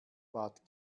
bat